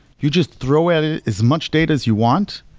you just throw and as much data as you want,